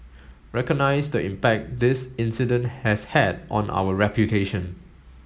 recognise the impact this incident has had on our reputation